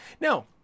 Now